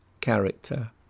character